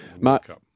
Mark